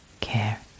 care